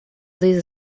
sie